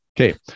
Okay